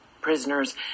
prisoners